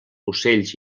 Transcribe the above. ocells